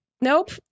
Nope